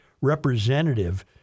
representative